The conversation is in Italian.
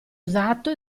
usato